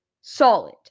solid